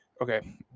Okay